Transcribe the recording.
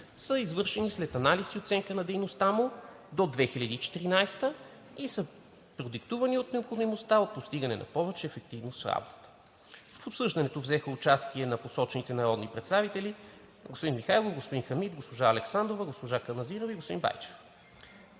са извършени след анализ и оценка на дейността му до 2014 г. и са продиктувани от необходимостта от постигане на повече ефективност в работата му. В обсъждането взеха участие народните представители Андрей Михайлов, Хамид Хамид, Анна Александрова, Дани Каназирева и Тодор Байчев.